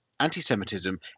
anti-Semitism